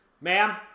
Ma'am